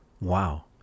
Wow